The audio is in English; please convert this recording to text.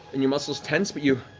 and your muscles tense, but you,